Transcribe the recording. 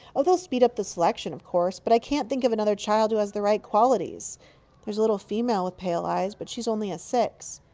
oh, they'll speed up the selection, of course. but i can't think of another child who has the right qualities there's a little female with pale eyes. but she's only a six.